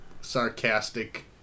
sarcastic